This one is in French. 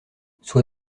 sois